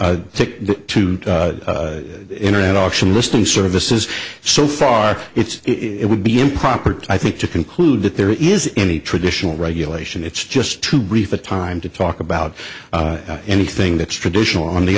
to take to the internet auction listing services so far it's it would be improper i think to conclude that there is any traditional regulation it's just too brief a time to talk about anything that's traditional on the